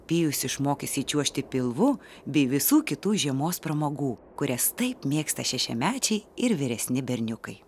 pijus išmokys jį čiuožti pilvu bei visų kitų žiemos pramogų kurias taip mėgsta šešiamečiai ir vyresni berniukai